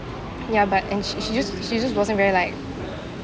ya but and sh~ she just she just wasn't very like